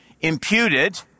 imputed